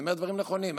אני אומר דברים נכונים.